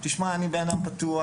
תשמע, אני בן אדם פתוח.